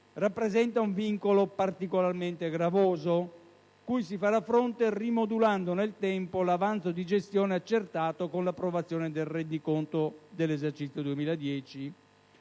rappresenta un vincolo particolarmente gravoso (cui si farà fronte rimodulando nel tempo l'avanzo di gestione accertato con l'approvazione del rendiconto di esercizio 2010),